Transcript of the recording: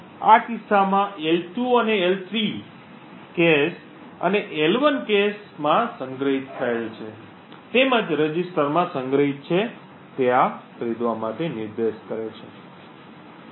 આ કિસ્સામાં L2 અને L3 કૅશ અને L1 કૅશ માં સંગ્રહિત થયેલ છે તેમજ રજિસ્ટરમાં સંગ્રહિત છે આ ખરીદવા માટે નિર્દેશ કરે છે